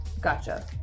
Gotcha